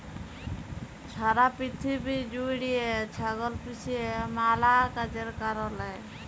ছারা পিথিবী জ্যুইড়ে ছাগল পুষে ম্যালা কাজের কারলে